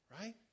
Right